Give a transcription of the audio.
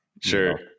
sure